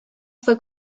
fue